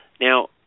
Now